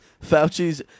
Fauci's